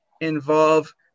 involve